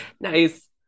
Nice